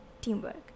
teamwork